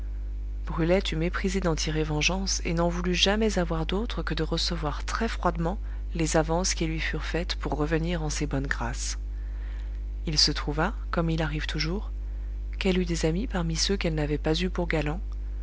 eût méprisé d'en tirer vengeance et n'en voulut jamais avoir d'autre que de recevoir très froidement les avances qui lui furent faites pour revenir en ses bonnes grâces il se trouva comme il arrive toujours qu'elle eut des amis parmi ceux qu'elle n'avait pas eu pour galants